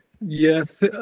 Yes